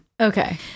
Okay